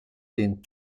den